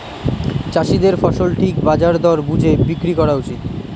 চাষীদের ফসল ঠিক বাজার দর বুঝে বিক্রি করা উচিত